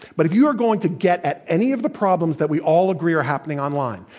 but if you are going to get at any of the problems that we all agree are happening online,